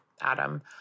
Adam